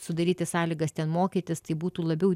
sudaryti sąlygas ten mokytis tai būtų labiau